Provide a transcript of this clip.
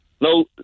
No